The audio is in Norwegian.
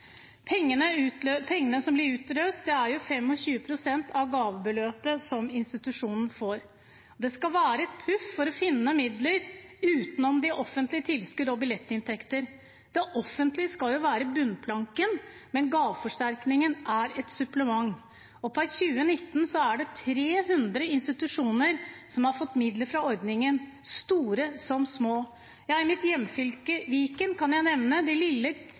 Pengene som blir utløst, er 25 pst. av gavebeløpet som institusjonen får. Det skal være et puff for å finne midler utenom de offentlige tilskuddene og billettinntektene. Det offentlige skal være bunnplanken, men gaveforsterkningen er et supplement. Per 2019 er det 300 institusjoner som har fått midler fra ordningen – store som små. I mitt hjemfylke, Viken, kan jeg nevne det lille